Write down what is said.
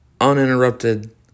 uninterrupted